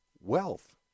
wealth